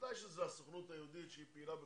בוודאי שזה הסוכנות היהודית, שהיא פעילה בחו"ל,